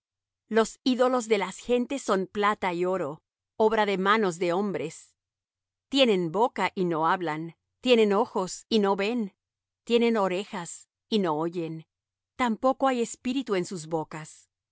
los ídolos de las gentes son plata y oro obra de manos de hombres tienen boca y no hablan tienen ojos y no ven tienen orejas y no oyen tampoco hay espíritu en sus bocas